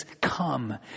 come